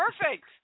perfect